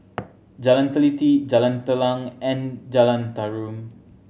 Jalan Teliti Jalan Telang and Jalan Tarum